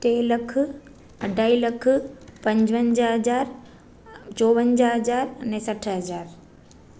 टे लख अढाई लख पंजवंजाहु हज़ार चौवनजाहु हज़ार अने सठि हज़ार